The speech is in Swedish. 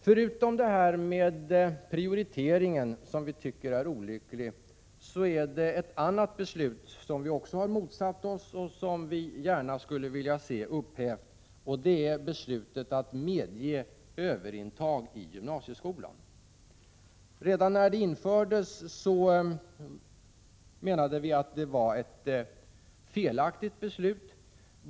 Förutom frågan om prioritering som vi tycker är olycklig, finns det ett annat beslut som vi också har motsatt oss och som vi gärna skulle vilja se upphävt. Det gäller beslutet att medge överintag till gymnasieskolan. Redan när det infördes menade vi att det var ett felaktigt beslut.